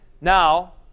Now